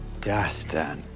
Dastan